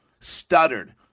stuttered